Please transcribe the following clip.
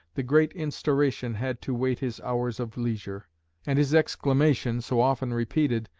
the great instauration had to wait his hours of leisure and his exclamation, so often repeated,